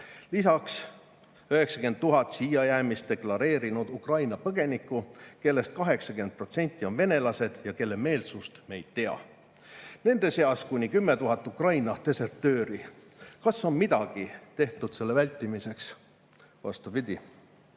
Lisaks 90 000 siia jäämist deklareerinud Ukraina põgenikku, kellest 80% on venelased ja kelle meelsust me ei tea. Nende seas on kuni 10 000 Ukraina desertööri. Kas on midagi tehtud selle vältimiseks? Vastupidi. Kaja